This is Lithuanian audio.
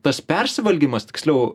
tas persivalgymas tiksliau